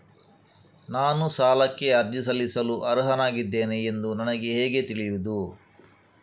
ನಾನು ಸಾಲಕ್ಕೆ ಅರ್ಜಿ ಸಲ್ಲಿಸಲು ಅರ್ಹನಾಗಿದ್ದೇನೆ ಎಂದು ನನಗೆ ಹೇಗೆ ತಿಳಿಯುದು?